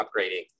upgrading